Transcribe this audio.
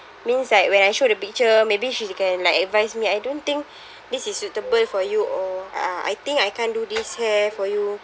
means like when I showed the picture maybe she can like advise me I don't think this is suitable for you or uh I think I can't do this hair for you